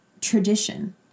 tradition